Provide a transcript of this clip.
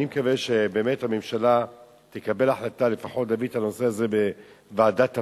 אני מקווה שבאמת הממשלה תקבל החלטה לפחות להביא את הנושא לוועדת הפנים,